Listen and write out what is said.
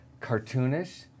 cartoonish